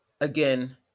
again